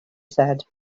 said